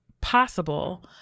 possible